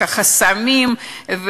את החסמים,